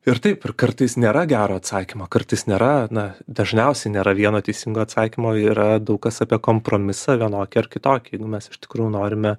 ir taip ir kartais nėra gero atsakymo kartais nėra na dažniausiai nėra vieno teisingo atsakymo yra daug kas apie kompromisą vienokį ar kitokį jeigu mes iš tikrųjų norime